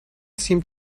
seemed